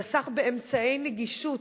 חסך באמצעי נגישות,